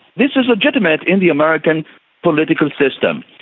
this is legitimate in the american political system.